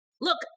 look